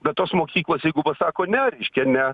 bet tos mokyklos jeigu pasako ne reiškia ne